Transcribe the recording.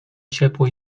ciepło